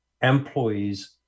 employees